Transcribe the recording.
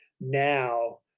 now